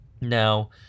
Now